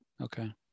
Okay